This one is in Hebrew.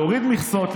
להוריד מכסות,